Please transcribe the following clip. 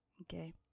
Okay